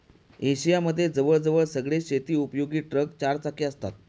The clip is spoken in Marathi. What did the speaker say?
एशिया मध्ये जवळ जवळ सगळेच शेती उपयोगी ट्रक चार चाकी असतात